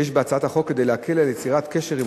יש בהצעת החוק כדי להקל על יצירת קשר עם